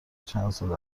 چندسال